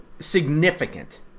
Significant